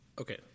Okay